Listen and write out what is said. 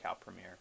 premiere